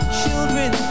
children